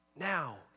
now